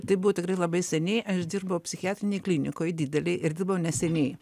tai buvo tikrai labai seniai aš dirbau psichiatrinėj klinikoj didelėj ir dirbau neseniai